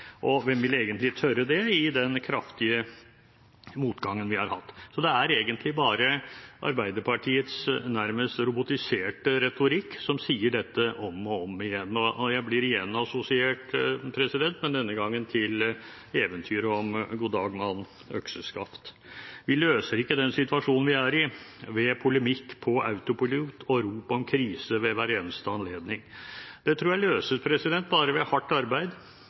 Og hvem ville egentlig tørre det, i den kraftige motgangen vi har hatt? Så det er egentlig bare Arbeiderpartiets nærmest robotiserte retorikk som sier dette om og om igjen, og jeg assosierer igjen, men denne gangen med eventyret om god dag, mann – økseskaft. Vi løser ikke den situasjonen vi er i, ved polemikk på autopilot og rop om krise ved hver eneste anledning. Det tror jeg vi løser bare ved hardt arbeid